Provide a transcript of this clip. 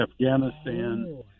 Afghanistan